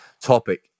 topic